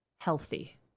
healthy